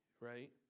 right